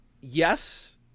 yes